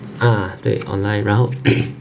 ah 对 online 然后